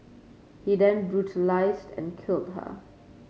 he then brutalised and killed her